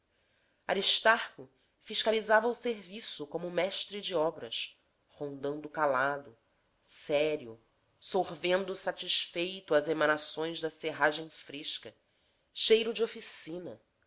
cortados aristarco fiscalizava o serviço como mestre de obras rondando calado sério sorvendo satisfeito as emanações da serragem fresca cheiro de oficina